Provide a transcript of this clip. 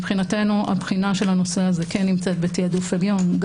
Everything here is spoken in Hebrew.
מבחינתנו הבחינה של הנושא הזה כן נמצאת בתעדוף עליון.